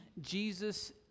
Jesus